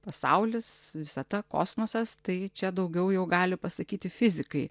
pasaulis visata kosmosas tai čia daugiau jau gali pasakyti fizikai